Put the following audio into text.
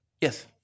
Yes